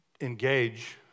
engage